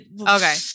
Okay